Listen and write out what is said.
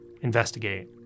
investigate